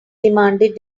demanded